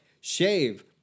shave